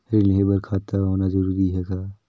ऋण लेहे बर खाता होना जरूरी ह का?